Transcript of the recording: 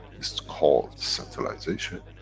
is to call, centralization.